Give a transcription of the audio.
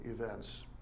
events